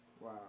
Wow